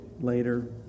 later